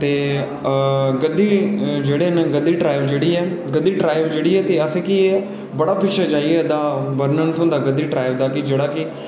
ते गद्दी जेह्ड़े न गद्दी ट्राईब जेह्ड़ी ऐ गद्दी ट्राईब जेह्ड़ी ऐ कि असें केह् ऐ बड़े पिच्छें जाइयै एह्दा वर्णन थ्होंदा गद्दी ट्राईब दा कि जेह्ड़ा कि